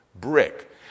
Brick